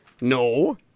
no